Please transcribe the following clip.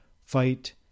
fight